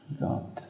God